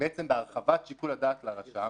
בהרחבת שיקול הדעת לרשם,